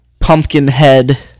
Pumpkinhead